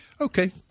okay